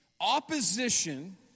Opposition